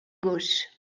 gauche